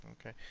Okay